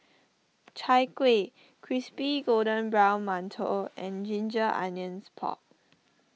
Chai Kueh Crispy Golden Brown Mantou and Ginger Onions Pork